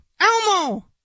Elmo